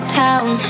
town